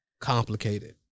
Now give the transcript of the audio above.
complicated